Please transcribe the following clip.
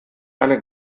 eine